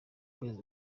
kwezi